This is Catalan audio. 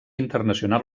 internacional